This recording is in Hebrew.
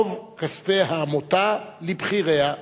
רוב כספי העמותה, לבכיריה.